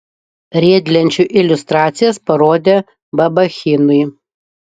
riedlenčių iliustracijas parodė babachinui